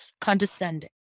condescending